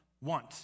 want